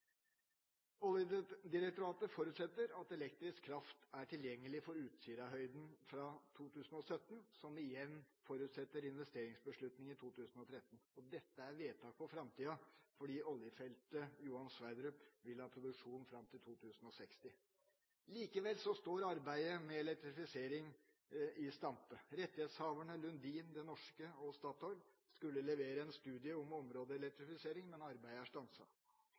Oljedirektoratet forutsetter at elektrisk kraft er tilgjengelig for Utsirahøyden fra 2017, som igjen forutsetter investeringsbeslutning i 2013. Dette er vedtak for framtida, fordi oljefeltet Johan Sverdrup vil ha produksjon fram til 2060. Likevel står arbeidet med elektrifisering i stampe. Rettighetshaverne Lundin, Det norske og Statoil skulle levere en studie om områdeelektrifisering, men